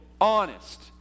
honest